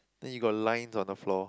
then you got lines on the floor